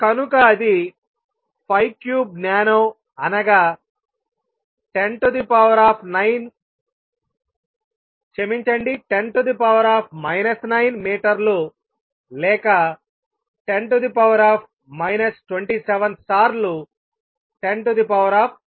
కనుక అది 53 నానో అనగా 10 9 మీటర్లు లేక 10 27 సార్లు 106